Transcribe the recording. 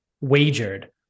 wagered